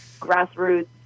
grassroots